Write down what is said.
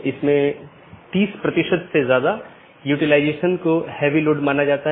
network layer reachability की जानकारी की एक अवधारणा है